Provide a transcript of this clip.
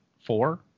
four –